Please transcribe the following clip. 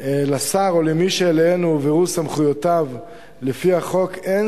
לשר או למי שאליו הועברו סמכויותיו לפי החוק אין